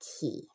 key